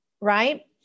right